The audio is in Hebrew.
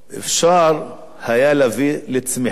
אפשר היה להביא לצמיחה,